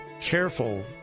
careful